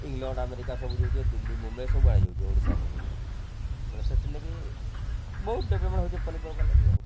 England America ସବୁ ଯାଉଛେଁ ଦିଲ୍ଲୀ ମୁମ୍ବେଇ ସବୁଆଡ଼େ ଯାଉଛେଁ ଓଡ଼ିଶାନୁ ଯାଇ କିରି ବୋଲେ ସେଥିର୍ ଲାଗି ବହୁତ୍ ଡ଼େଭେଲପମେଣ୍ଟ ହେଉଛେଁ ପନିପରିବା ଲାଗି ଆଉ